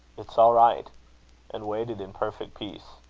it's all right and waited in perfect peace.